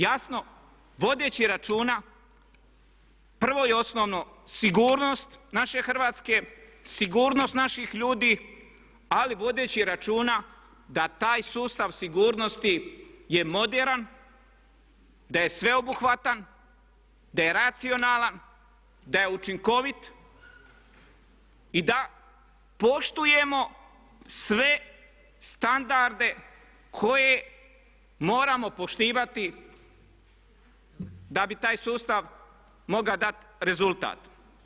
Jasno, vodeći računa prvo i osnovno sigurnost naše Hrvatske, sigurnost naših ljudi, ali vodeći računa da taj sustav sigurnosti je moderan, da je sveobuhvatan, da je racionalan, da je učinkovit i da poštujemo sve standarde koje moramo poštivati da bi taj sustav mogao dati rezultat.